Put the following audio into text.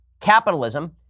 capitalism